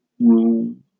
Room